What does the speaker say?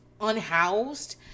unhoused